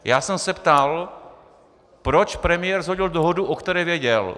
Já jsem se ptal, proč premiér shodil dohodu, o které věděl.